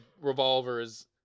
revolvers